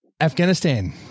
Afghanistan